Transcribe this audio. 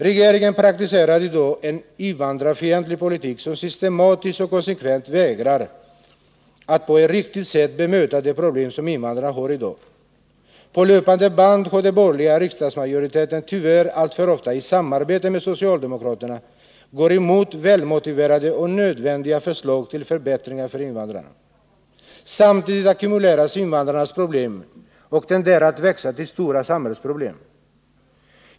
Regeringen praktiserar i dag en invandrarfientlig politik, som systematiskt och konsekvent vägrar att på ett riktigt sätt bemöta de problem som invandrarna har. På löpande band har den borgerliga riksdagsmajoriteten. tyvärr alltför ofta i samarbete med socialdemokraterna. gått emot välmotiverade och nödvändiga förslag till förbättringar för invandrarna. Samtidigt ackumuleras invandrarnas problem och tenderar att växa till stora samhällsproblem.